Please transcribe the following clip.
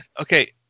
Okay